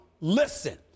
listen